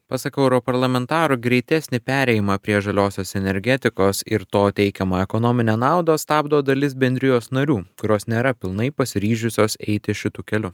pasak europarlamentaro greitesnį perėjimą prie žaliosios energetikos ir to teikiamą ekonominę naudą stabdo dalis bendrijos narių kurios nėra pilnai pasiryžiusios eiti šitu keliu